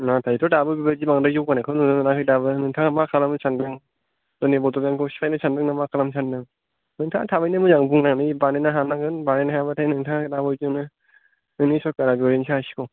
नाथायथ' दाबो बेबादि बांद्गाय जौगानायखौ नुनो मोनाखै दाबो नोंथाङा मा खालामनो सानदों जोंनि बड'लेण्डखौ सिफायनो सानदों ना मा खालामनो सानदों नोंथाङा थाबैनो मोजां बुंनानै बानायनो हानांगोन बानायनो हायाबाथाय नोंथाङा दाबावैसोनो नोंनि सरकारा गोग्लैनोसो हासिगौ